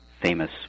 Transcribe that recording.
famous